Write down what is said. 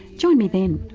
join me then